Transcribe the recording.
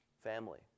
family